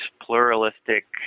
pluralistic